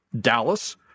Dallas